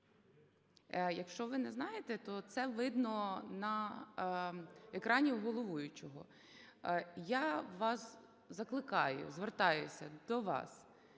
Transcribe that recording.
Якщо ви не знаєте, то це видно на екрані головуючого. Я вас закликаю, звертаюся до вас